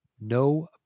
no